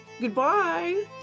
Goodbye